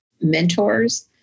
mentors